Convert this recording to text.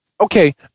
Okay